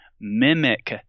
mimic